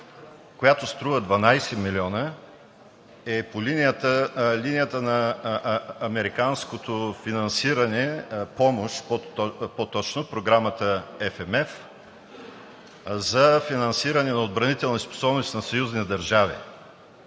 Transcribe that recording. която струва 12 милиона, е по линията на американската помощ по Програмата FMF за финансиране на отбранителни способности на съюзни държави.